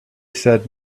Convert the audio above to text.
said